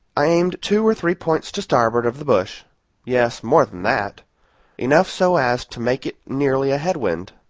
aimed two or three points to starboard of the bush yes, more than that enough so as to make it nearly a head-wind.